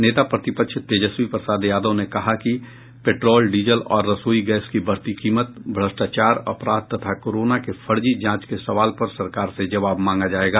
नेता प्रतिपक्ष तेजस्वी प्रसाद यादव ने कहा कि पेट्रोल डीजल और रसोई गैस की बढ़ती कीमत भ्रष्टाचार अपराध तथा कोरोना के फर्जी जांच के सवाल पर सरकार से जवाब मांगा जायेगा